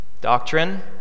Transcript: doctrine